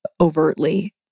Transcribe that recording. overtly